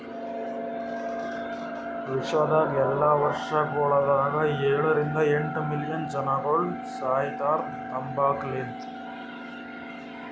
ವಿಶ್ವದಾಗ್ ಎಲ್ಲಾ ವರ್ಷಗೊಳದಾಗ ಏಳ ರಿಂದ ಎಂಟ್ ಮಿಲಿಯನ್ ಜನಗೊಳ್ ಸಾಯಿತಾರ್ ತಂಬಾಕು ಲಿಂತ್